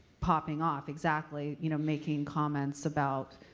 popping off, exactly. you know, making comments about,